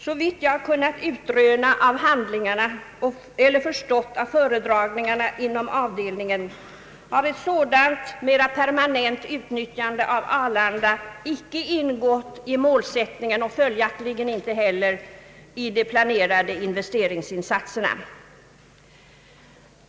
Såvitt jag kunnat utröna av handlingarna och förstått av föredragningarna inom avdelningen synes ett sådant mera permanent utnyttjande av Arlanda icke ha ingått i målsättningen och följaktligen icke heller i de planerade investeringsinsatserna.